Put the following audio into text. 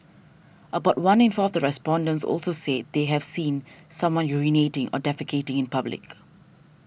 about one in four of the respondents also said they have seen someone urinating or defecating in public